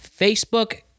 Facebook